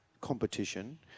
competition